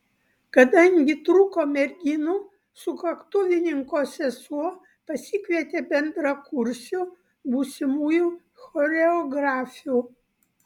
kadangi trūko merginų sukaktuvininko sesuo pasikvietė bendrakursių būsimųjų choreografių